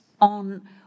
on